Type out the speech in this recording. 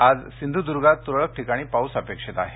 आज सिंधुद्गांत तुरळक ठिकाणी पाऊस अपेक्षित आहे